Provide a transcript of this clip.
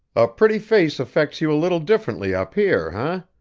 a pretty face affects you a little differently up here, ah?